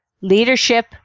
leadership